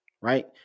right